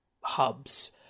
hubs